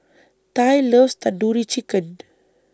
Tye loves Tandoori Chicken